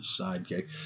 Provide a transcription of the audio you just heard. sidekick